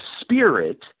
spirit